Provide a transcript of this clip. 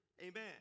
Amen